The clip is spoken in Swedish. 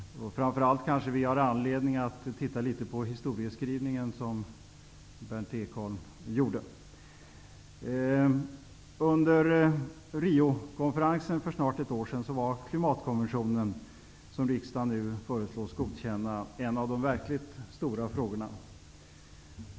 Framför allt kanske vi har anledning att titta litet på historieskrivningen, som Berndt Under Riokonferensen för snart ett år sedan var klimatkonventionen, som riksdagen nu föreslås godkänna, en av de verkligt stora frågorna.